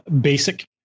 basic